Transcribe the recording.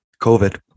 COVID